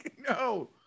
No